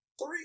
Three